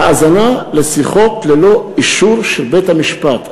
האזנה לשיחות ללא אישור של בית-המשפט.